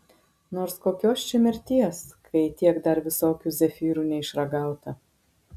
nors kokios čia mirties kai tiek dar visokių zefyrų neišragauta